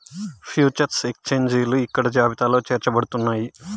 future ఎక్స్చేంజిలు ఇక్కడ జాబితాలో చేర్చబడుతున్నాయి